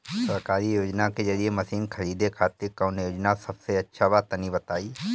सरकारी योजना के जरिए मशीन खरीदे खातिर कौन योजना सबसे अच्छा बा तनि बताई?